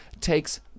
takes